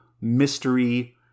mystery